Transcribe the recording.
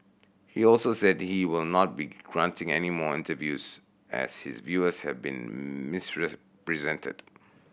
he also said he will not be granting any more interviews as his views have been misrepresented